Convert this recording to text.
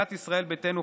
סיעת ישראל ביתנו,